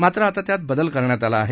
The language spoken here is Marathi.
मात्र आता त्यात बदल करण्यात आला आहे